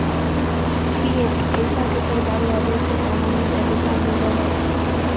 fiat पैसा के सरकारी आदेश से कानूनी वैध्यता मिलो हय